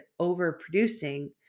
overproducing